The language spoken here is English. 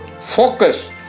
focus